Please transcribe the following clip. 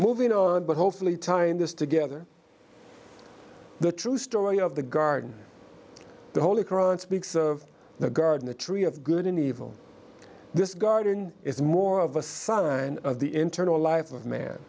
moving on but hopefully tying this together the true story of the garden the holy koran speaks of the garden the tree of good and evil this garden is more of a son of the internal life of man